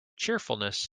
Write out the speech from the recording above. cheerfulness